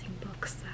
books